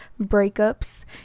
breakups